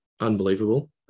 Unbelievable